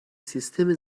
سیستم